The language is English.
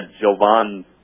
Jovan